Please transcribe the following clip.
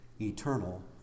eternal